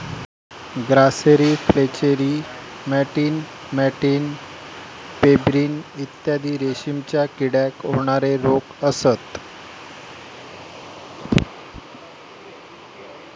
grasserie flacherie मॅटिन मॅटिन pebrine इत्यादी रेशीमच्या किड्याक होणारे रोग असत